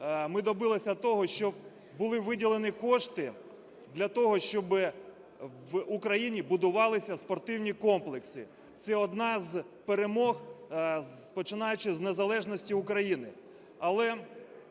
ми добилися того, щоб були виділені кошти для того, щоб в Україні будувалися спортивні комплекси. Це одна з перемог, починаючи з незалежності України.